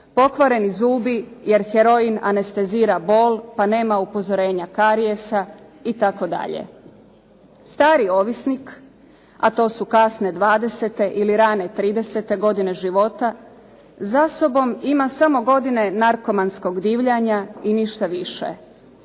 pokvareni zubi jer heroin anestezira bol pa nema upozorenja karijesa itd. Stariji ovisnik, a to su kasne 20-te ili rane 30-te godine života za sobom ima samo godine narkomanskog divljanja i ništa više.